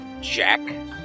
Jack